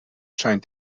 scheint